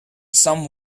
some